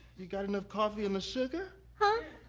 you got enough coffee in the sugar? huh?